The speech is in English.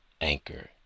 Anchor